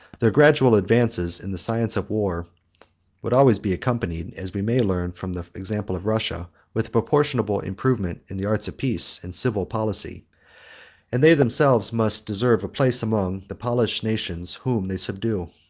their gradual advances in the science of war would always be accompanied, as we may learn from the example of russia, with a proportionable improvement in the arts of peace and civil policy and they themselves must deserve a place among the polished nations whom they subdue.